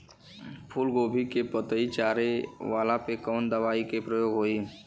फूलगोभी के पतई चारे वाला पे कवन दवा के प्रयोग होई?